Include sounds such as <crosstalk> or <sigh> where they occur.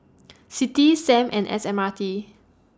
<noise> CITI SAM and S M R T